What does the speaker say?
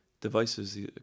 devices